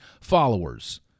followers